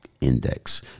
Index